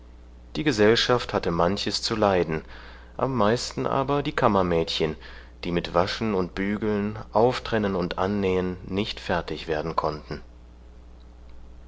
die gesellschaft hatte manches zu leiden am meisten aber die kammermädchen die mit waschen und bügeln auftrennen und annähen nicht fertig werden konnten